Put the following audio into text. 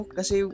Kasi